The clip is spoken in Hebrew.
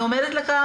אני אומרת לך,